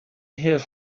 his